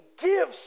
give